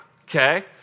okay